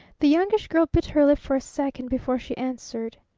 the youngish girl bit her lip for a second before she answered.